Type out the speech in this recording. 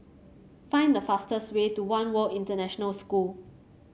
find the fastest way to One World International School